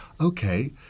Okay